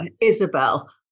Isabel